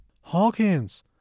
Hawkins